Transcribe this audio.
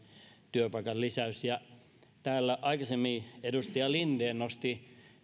työpaikan lisäys täällä aikaisemmin edustaja linden nosti